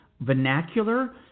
vernacular